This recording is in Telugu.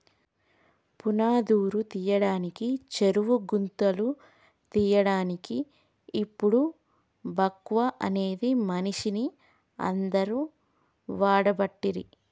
పునాదురు తీయడానికి చెరువు గుంతలు తీయడాన్కి ఇపుడు బాక్వో అనే మిషిన్ని అందరు వాడబట్టిరి